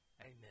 Amen